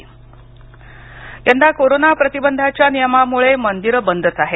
श्रावण यंदा कोरोना प्रतिबंधाच्या नियमांमुळे मंदिरं बंदच आहेत